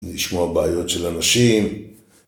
לשמוע בעיות של אנשים...